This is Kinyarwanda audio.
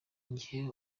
jye